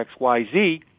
XYZ